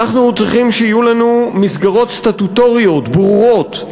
אנחנו צריכים שיהיו לנו מסגרות סטטוטוריות ברורות,